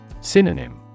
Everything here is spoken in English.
Synonym